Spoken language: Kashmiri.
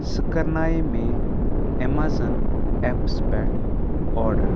سُہ کَرنایے مےٚ اٮ۪مَزَن اٮ۪پس پٮ۪ٹھ آرڈر